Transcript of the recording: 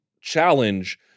challenge